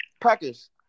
Packers